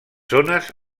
zones